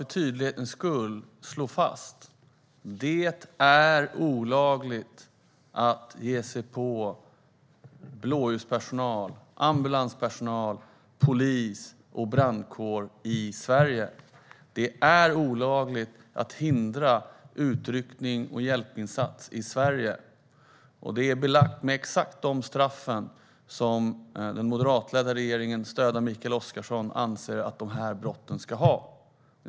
Herr talman! Låt mig för tydlighetens skull slå fast: Det är olagligt att ge sig på blåljuspersonal - ambulanspersonal, polis och brandkår - i Sverige. Det är olagligt att hindra utryckning och hjälpinsats i Sverige, och det är belagt med exakt de straff som den moderatledda regeringen stödd av Mikael Oscarsson ansåg att de här brotten ska ha.